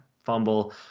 fumble